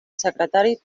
secretari